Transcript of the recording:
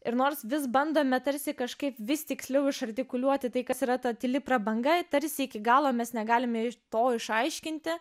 ir nors vis bandome tarsi kažkaip vis tiksliau iš artikuliuoti tai kas yra ta tyli prabanga tarsi iki galo mes negalime iš to išaiškinti